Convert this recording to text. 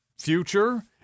Future